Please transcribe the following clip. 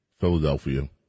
Philadelphia